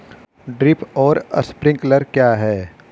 Drip और sprinkler क्या हैं?